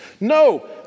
No